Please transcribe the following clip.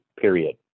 period